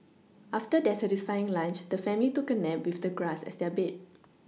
after their satisfying lunch the family took a nap with the grass as their bed